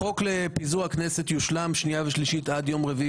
החוק לפיזור הכנסת יושלם בשנייה ושלישית עד יום רביעי